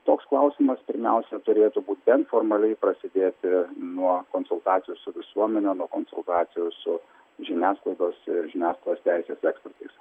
toks klausimas pirmiausia turėtų būt bent formaliai prasidėti nuo konsultacijų su visuomene nuo konsultacijų su žiniasklaidos ir žiniasklaidos teisės ekspertais